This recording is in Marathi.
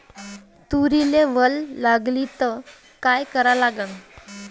तुरीले वल लागली त का करा लागन?